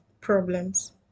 problems